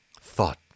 thought